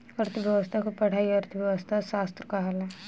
अर्थ्व्यवस्था के पढ़ाई अर्थशास्त्र कहाला